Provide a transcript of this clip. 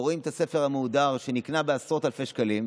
ורואים את הספר המהודר, שנקנה בעשרות אלפי שקלים,